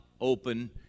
open